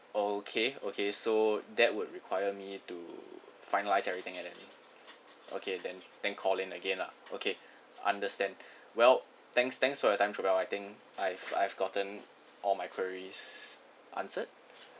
okay okay so that would require me to finalise everything then okay then then call in again lah okay understand well thanks thanks for your time javal I think I've I've gotten all my quarries answered